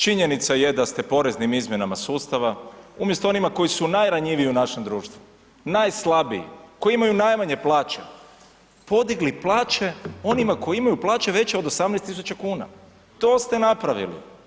Činjenica je da ste poreznim izmjenama sustava, umjesto onima koji su najranjiviji u našem društvu, najslabiji, koji imaju najmanje plaće, podigli plaće onima koji imaju plaće veće od 18 tisuća kuna, to ste napravili.